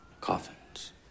Coffins